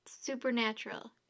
supernatural